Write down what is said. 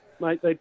mate